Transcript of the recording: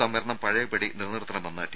സംവരണം പഴയപടി നിലനിർത്തണമെന്ന് ടി